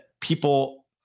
people